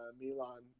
Milan